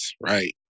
right